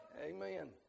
Amen